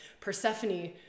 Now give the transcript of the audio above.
Persephone